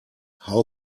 how